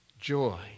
joy